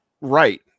right